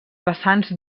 vessants